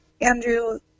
Andrew